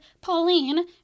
Pauline